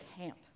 camp